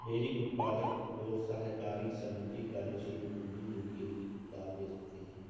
dairy उत्पादक और सहकारी समिति कार्यशील पूंजी ऋण के लाभ ले सकते है